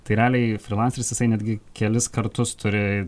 tai realiai frylanceris jisai netgi kelis kartus turi